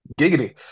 Giggity